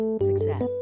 Success